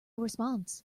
response